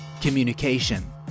communication